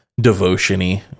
devotion-y